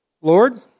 Lord